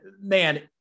man